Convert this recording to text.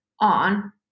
on